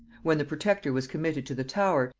when the protector was committed to the tower,